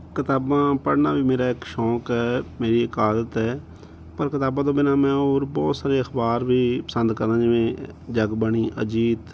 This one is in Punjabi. ਕਿਤਾਬਾਂ ਪੜ੍ਹਨਾ ਵੀ ਮੇਰਾ ਇੱਕ ਸ਼ੌਂਕ ਹੈ ਮੇਰੀ ਇੱਕ ਆਦਤ ਹੈ ਪਰ ਕਿਤਾਬਾਂ ਤੋਂ ਬਿਨਾਂ ਮੈਂ ਹੋਰ ਬਹੁਤ ਸਾਰੇ ਅਖਬਾਰ ਵੀ ਪਸੰਦ ਕਰਦਾ ਜਿਵੇਂ ਜੱਗ ਬਾਣੀ ਅਜੀਤ